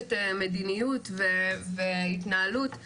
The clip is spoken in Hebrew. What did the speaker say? מגבשת מדיניות והתנהלות אבל